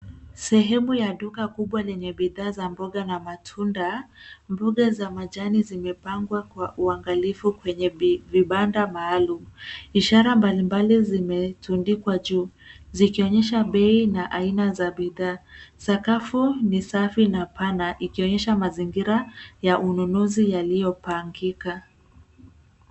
Sehemu ya duka kubwa lenye bidhaa za mboga na matunda. Mboga za majani zimepangwa kwa uangalifu kwenye vibanda maalum. Ishara mbalimbali zimetundikwa juu zikionyesha bei na aina za bidhaa. Sakafu ni safi na pana ikionyesha mazingira ya ununuzi yaliyopangika.